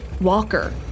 Walker